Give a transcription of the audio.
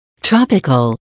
Tropical